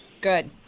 Good